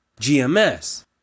GMS